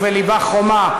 ובלבה חומה,